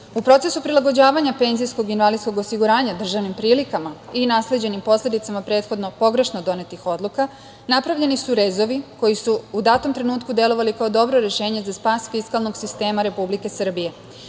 procesu prilagođavanja penzijskog i invalidskog osiguranja državnim prilikama i nasleđenim posledicama prethodno pogrešno donetih odluka napravljeni su rezovi koji su u datom trenutku delovali kao dobro rešenje za spas fiskalnog sistema Republike